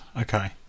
Okay